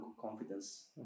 confidence